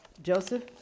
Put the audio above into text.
Joseph